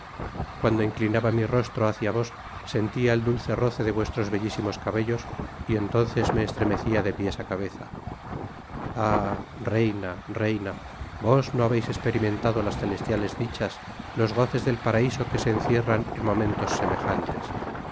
cuando inclinaba mi rostro hacia vos sentia el dulce roce de vuestros bellísimos cabellos y entonces me estremecía de piés á cabeza ah reina reina vos no habeis esperimentado las celestiales dichas los goces del paraiso que se encierran en momentos semejantes mis